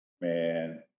man